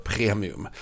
Premium